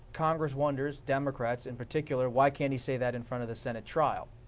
congress wonders, democrats in particular, why can't he say that in front of the senate trial.